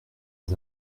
les